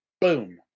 boom